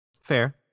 Fair